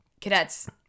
cadets